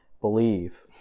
believe